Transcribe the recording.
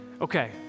okay